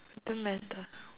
don't matter